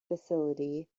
facility